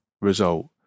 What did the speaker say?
result